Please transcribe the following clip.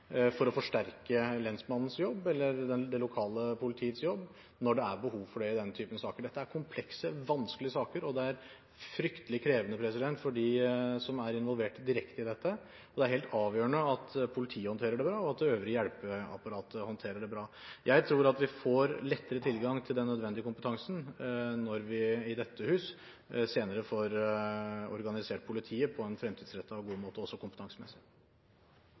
for å forsterke lensmannens jobb eller det lokale politiets jobb når det er behov for det i slike saker som dette. Dette er komplekse og vanskelige saker. Det er fryktelig krevende for dem som er involvert direkte i dette. Det er helt avgjørende at politiet og det øvrige hjelpeapparatet håndterer det bra. Jeg tror at vi får lettere tilgang til den nødvendige kompetansen når vi i dette hus senere får organisert politiet på en fremtidsrettet og god måte, også kompetansemessig.